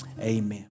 amen